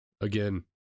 again